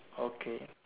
okay